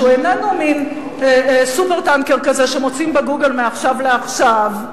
שהוא איננו מין "סופר-טנקר" כזה שמוצאים ב"גוגל" מעכשיו לעכשיו,